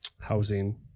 housing